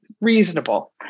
reasonable